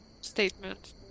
statement